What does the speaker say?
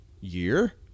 Year